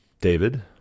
David